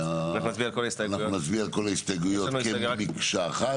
נצביע על כל ההסתייגויות כמקשה אחת.